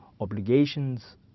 obligations